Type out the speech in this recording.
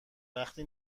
وقتی